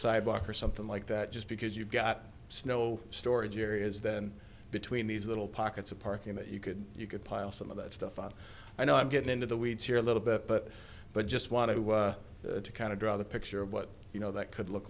sidewalk or something like that just because you've got snow storage areas then between these little pockets of parking that you could you could pile some of that stuff on i know i'm getting into the weeds here a little bit but but just want to kind of draw the picture of what you know that could look